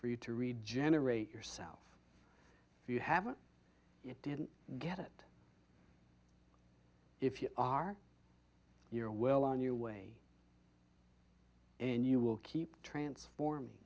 for you to regenerate yourself if you haven't you didn't get it if you are you're well on your way and you will keep transform